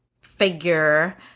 figure